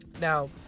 Now